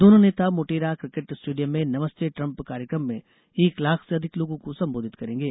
दोनों नेता Motera cricket stadium में नमस्ते ट्रम्प कार्यक्रम में एक लाख से अधिक लोगों को सम्बोधित करेंगे